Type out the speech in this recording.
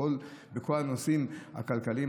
בכל הנושאים הכלכליים,